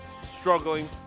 struggling